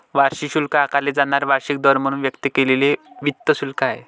वार्षिक शुल्क आकारले जाणारे वार्षिक दर म्हणून व्यक्त केलेले वित्त शुल्क आहे